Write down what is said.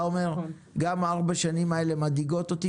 אומר: גם ארבע השנים האלה מדאיגות אותי,